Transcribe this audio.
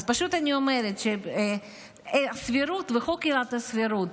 אז פשוט אני אומרת שסבירות וחוק עילת הסבירות,